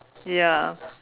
ya